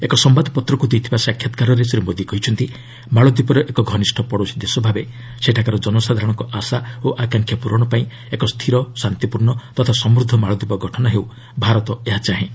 ଏକ ସମ୍ଭାଦପତ୍ରକୃ ଦେଇଥିବା ସାକ୍ଷାତ୍କାରରେ ଶ୍ରୀ ମୋଦି କହିଛନ୍ତି ମାଳଦୀପର ଏକ ଘନିଷ୍ଠ ପଡ଼ୋଶୀ ଦେଶଭାବେ ସେଠାକାର ଜନସାଧାରଣଙ୍କ ଆଶା ଓ ଆକାଂକ୍ଷା ପ୍ରରଣ ପାଇଁ ଏକ ସ୍ଥିର ଶାନ୍ତିପୂର୍ଣ୍ଣ ତଥା ସମୃଦ୍ଧ ମାଳଦୀପ ଗଠନ ହେଉ ଭାରତ ଏହା ଚାହେଁ